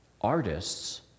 Artists